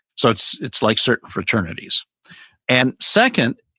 so it's it's like certain fraternities and second,